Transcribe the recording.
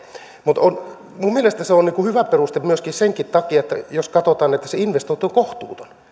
mutta minun mielestäni se on hyvä peruste myöskin senkin takia jos katsotaan että se investointi on kohtuuton